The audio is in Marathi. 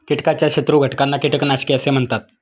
कीटकाच्या शत्रू घटकांना कीटकनाशके असे म्हणतात